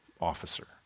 officer